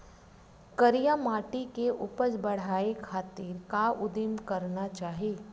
करिया माटी के उपज बढ़ाये खातिर का उदिम करना चाही?